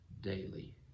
daily